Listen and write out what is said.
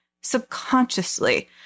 subconsciously